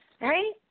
right